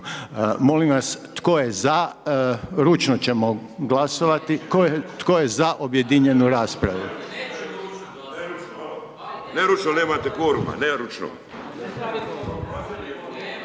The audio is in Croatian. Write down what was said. Molim vas, tko je za, ručno ćemo glasovati, tko je za objedinjenu raspravu?